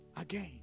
Again